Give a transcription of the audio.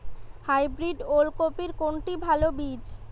Hybrid ওল কপির কোনটি ভালো বীজ?